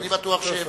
אני בטוח שהבנת.